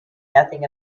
nothing